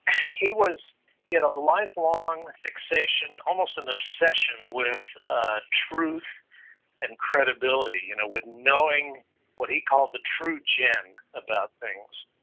ah he was you know the life-long fixation, almost an obsession with truth and credibility you know with no what he calls the true gen about things,